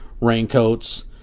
raincoats